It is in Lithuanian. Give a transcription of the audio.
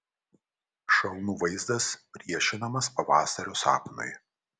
šalnų vaizdas priešinamas pavasario sapnui